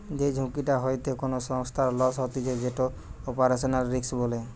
যেই ঝুঁকিটা হইতে কোনো সংস্থার লস হতিছে যেটো অপারেশনাল রিস্ক বলে